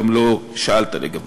גם לא שאלת לגביהם.